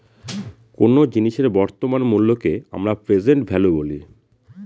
কোন জিনিসের বর্তমান মুল্যকে আমরা প্রেসেন্ট ভ্যালু বলি